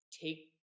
take